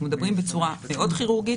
אנחנו מדברים בצורה מאוד כירורגית.